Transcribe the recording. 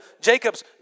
Jacob's